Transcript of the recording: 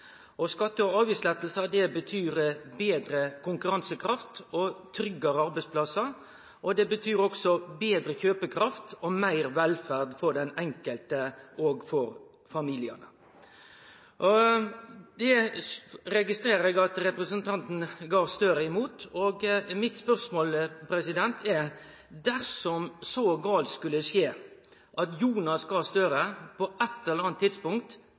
for skatte- og avgiftslettar. Skatte- og avgiftslettar betyr betre konkurransekraft og tryggare arbeidsplassar. Det betyr også betre kjøpekraft og meir velferd for den enkelte og for familiane. Dette registrerer eg at representanten Gahr Støre er imot. Mitt spørsmål er: Dersom så galt skulle skje at Jonas Gahr Støre på eitt eller anna tidspunkt